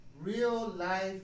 real-life